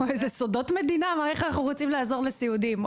סודות מדינה לגבי איך רוצים לעזור לסיעודיים.